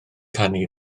canu